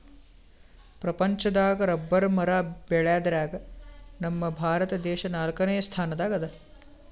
ಪ್ರಪಂಚದಾಗ್ ರಬ್ಬರ್ ಮರ ಬೆಳ್ಯಾದ್ರಗ್ ನಮ್ ಭಾರತ ದೇಶ್ ನಾಲ್ಕನೇ ಸ್ಥಾನ್ ದಾಗ್ ಅದಾ